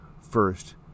first